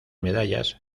medallas